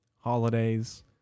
holidays